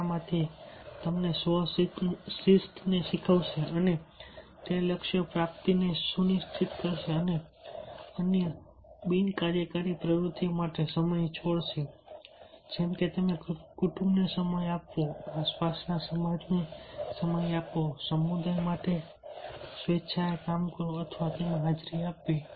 તમારામાં તે તમને સ્વ શિસ્ત શીખવશે અને તે લક્ષ્ય પ્રાપ્તિને સુનિશ્ચિત કરશે અને અન્ય બિન કાર્યકારી પ્રવૃત્તિઓ માટે સમય છોડશે જેમ કે તમે કુટુંબને સમય આપવો આસપાસના સમાજ ને સમય આપવો અને સમુદાય માટે સ્વેચ્છાએ કામ કરવું અથવા તેમાં હાજરી આપવી